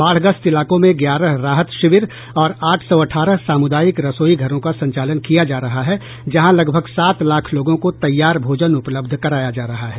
बाढ़ग्रस्त इलाकों में ग्यारह राहत शिविर और आठ सौ अठारह सामुदायिक रसोई घरों का संचालन किया जा रहा है जहां लगभग सात लाख लोगों को तैयार भोजन उपलब्ध कराया जा रहा है